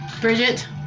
Bridget